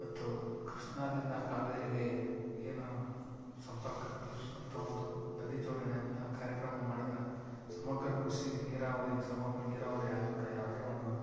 ಮತ್ತು ಕೃಷ್ಣದಿಂದ ಕಾವೇರಿಗೆ ಏನು ಸಂಪರ್ಕ ಕಲ್ಪಿಸುವಂತ ಒಂದು ನದಿ ಜೋಡಣೆ ಅಂತ ಕಾರ್ಯಕ್ರಮ ಮಾಡಿದ್ರು ಸಮಗ್ರ ಕೃಷಿ ನೀರಾವರಿ ಸಮಗ್ರ ನೀರಾವರಿ ಆಗಕ್ಕೆ ಯಾವುದೆ ಒಂದು